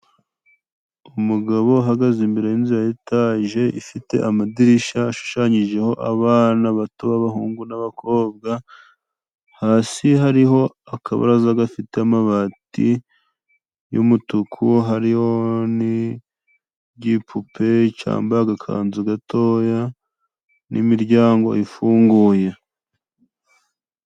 Umugabo uhagaze imbere y'inzu ya etaje ifite amadirisha ashushanyijeho abana bato b'abahungu n'abakobwa, hasi hariho akabaraza gafite amabati y'umutuku, hariho n'igipupe cambaye agakanzu gatoya n'imiryango ifunguye.